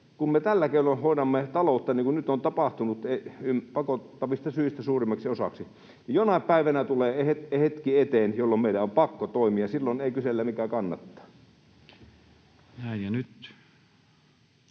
kun me tällä keinoin hoidamme taloutta, niin kuin nyt on tapahtunut pakottavista syistä suurimmaksi osaksi, niin jonain päivänä tulee eteen hetki, jolloin meidän on pakko toimia, ja silloin ei kysellä, mikä kannattaa.